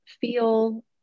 feel